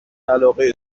علاقه